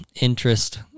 interest